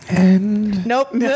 Nope